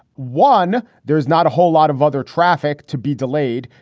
one. there is not a whole lot of other traffic to be delayed.